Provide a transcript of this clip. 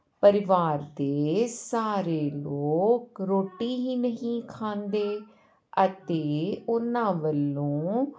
ਪਰਿਵਾਰ ਦੇ ਸਾਰੇ ਲੋਕ ਰੋਟੀ ਹੀ ਨਹੀਂ ਖਾਂਦੇ ਅਤੇ ਉਹਨਾਂ ਵੱਲੋਂ